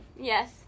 Yes